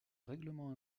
règlement